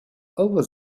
over